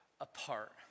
apart